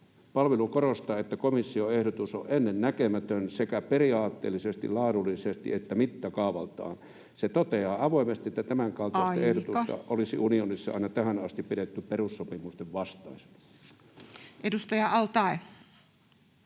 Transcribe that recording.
”Palvelu korostaa, että komission ehdotus on ennennäkemätön sekä periaatteellisesti, laadullisesti että mittakaavaltaan. Se toteaa avoimesti, että tämänkaltaista [Puhemies: Aika!] ehdotusta olisi unionissa aina tähän asti pidetty perussopimusten vastaisena.” [Speech